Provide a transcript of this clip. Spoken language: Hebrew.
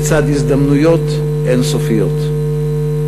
בצד הזדמנויות אין-סופיות.